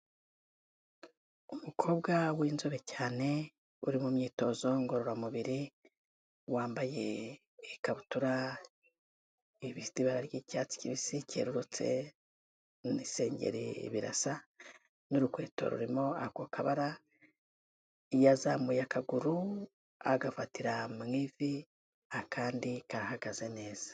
Umukobwa w'inzobe cyane uri mu myitozo ngororamubiri, wambaye ikabutura ifite ibara ry'icyatsi kibisi cyerurutse n'isengere birasa n'urukweto rurimo ako kabara, yazamuye akaguru agafatira mu ivi akandi kahagaze neza.